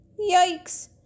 Yikes